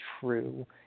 true